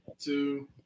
Two